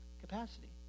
Capacity